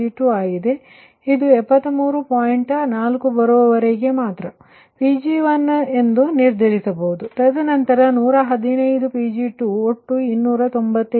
4 ರವರೆಗೆ ಬಂದಾಗ Pg1ಎಂದು ನಿರ್ದರಿಸಬಹುದು ತದನಂತರ 115 Pg2ಒಟ್ಟು 295